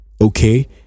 Okay